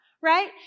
Right